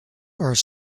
are